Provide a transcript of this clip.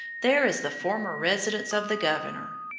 there is the former residence of the governor.